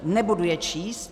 Nebudu je číst.